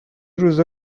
روزا